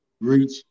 reach